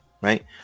right